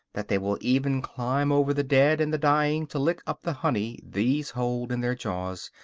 that they will even climb over the dead and the dying to lick up the honey these hold in their jaws,